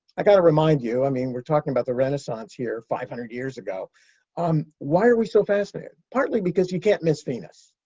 i got to remind you i mean, we're talking about the renaissance here, five hundred years ago um why are we so fascinated? partly because you can't miss venus.